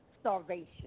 starvation